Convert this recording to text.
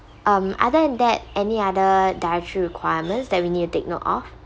um other than that any other dietary requirements that we need to take note of